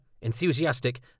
enthusiastic